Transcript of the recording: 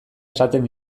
esaten